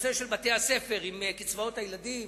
בנושא של בתי-הספר וקצבאות הילדים,